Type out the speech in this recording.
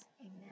Amen